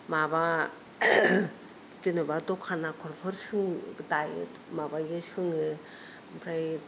माबा जेन'बा दख'ना आगरफोर सोङो दायो माबायो सोङो आमफ्राय